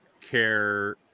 care